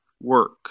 work